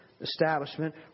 establishment